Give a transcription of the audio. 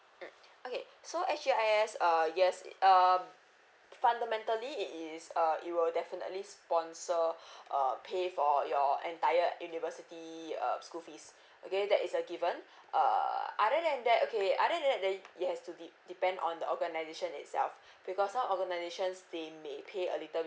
mm okay so S_G_I_S uh yes um fundamentally it is uh it will definitely sponsor uh pay for your entire university um school fees okay that is a given uh other than that okay other than that then it has to be depend on the organisation itself because some organisations they may pay a little